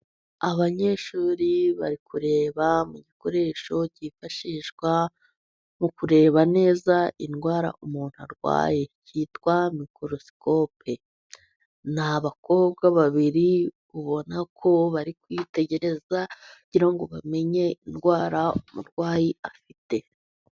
Abanyeshuri bari kureba mu gikoresho cyifashishwa mu kureba neza indwara umuntu arwaye, kitwa mikorosikope. Ni abakobwa babiri ubona ko bari kwitegereza, kugira ngo bamenye indwara umurwayi afite.